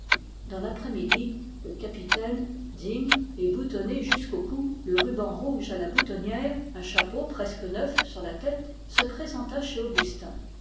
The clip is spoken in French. dans l'après-midi le capitaine digne et boutonné jusqu'au cou le ruban rouge à la boutonnière un chapeau presque neuf sur la tête se présenta chez augustin